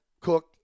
Cook